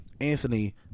Anthony